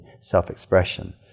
self-expression